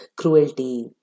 cruelty